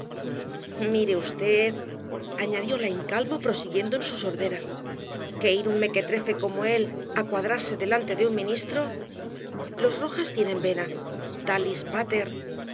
mire v añadió laín calvo prosiguiendo en su sordera que ir un mequetrefe como él á cuadrarse delante del ministro los rojas tienen vena